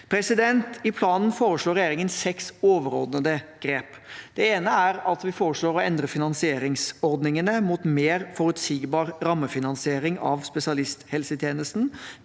helse. I planen foreslår regjeringen seks overordnede grep. Det ene er at vi foreslår å endre finansieringsordningene, mot mer forutsigbar rammefinansiering av spesialisthelsetjenesten